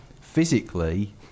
physically